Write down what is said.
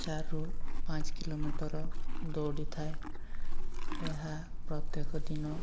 ଚାରିରୁ ପାଞ୍ଚ କିଲୋମିଟର ଦୌଡ଼ିଥାଏ ଏହା ପ୍ରତ୍ୟେକ ଦିନ